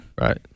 right